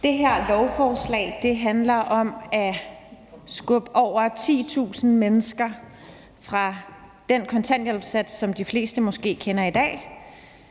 Det her lov forslag handler om at skubbe over 10.000 mennesker fra den kontanthjælpssats, som de fleste måske kender i dag,